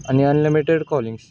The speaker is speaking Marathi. आणि अनलिमिटेड कॉलिंग्स